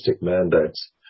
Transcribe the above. mandates